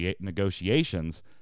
negotiations